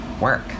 work